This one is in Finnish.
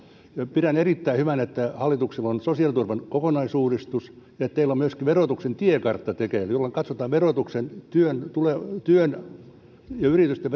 pidän erittäin hyvänä että hallituksella on sosiaaliturvan kokonaisuudistus ja että teillä on tekeillä myöskin verotuksen tiekartta jolla katsotaan verotuksen työn ja yritysten